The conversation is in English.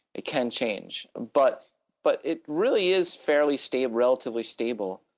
it can change. but but it really is fairly stable, relatively stable